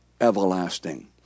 everlasting